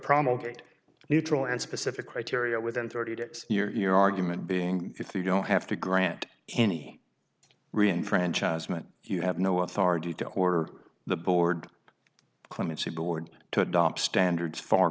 promulgate neutral and specific criteria within thirty days you're argument being if you don't have to grant any reason franchise meant you have no authority to order the board clemency board to adopt standards f